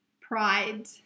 pride